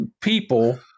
people